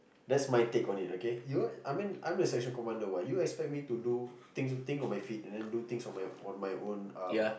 that's my take on it okay you I mean I'm your section commander what you expect me to do things think on my feet and then do things on my on my own um